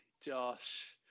Josh